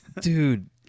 dude